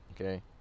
Okay